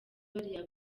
bariya